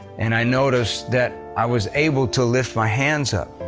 and i noticed that i was able to lift my hands up.